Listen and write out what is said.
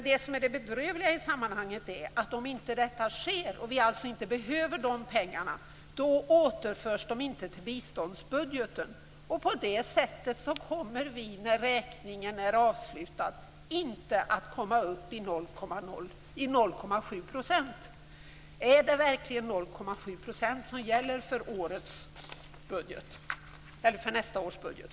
Det bedrövliga i sammanhanget är dock att om detta inte sker och vi alltså inte behöver dessa pengar, återförs dessa inte till biståndsbudgeten. Härigenom kommer vi när räkningen är avslutad inte att komma upp i 0,7 %. Är det verkligen 0,7 % som gäller för nästa års budget?